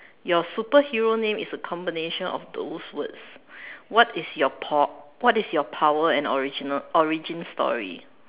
your superhero name is a combination of these words what is your po~ what is your power and the original origin story